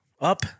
up